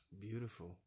beautiful